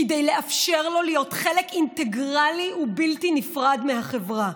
כדי לאפשר לו להיות חלק אינטגרלי ובלתי נפרד מהחברה,